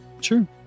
Sure